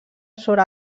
sobre